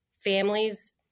families